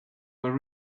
were